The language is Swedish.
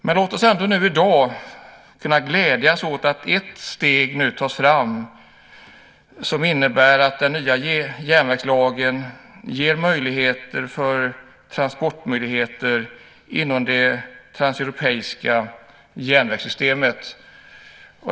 Men låt oss i dag glädja oss åt att det går ett steg framåt, som innebär att den nya järnvägslagen ger möjligheter för transporter inom det transeuropeiska järnvägssystemet.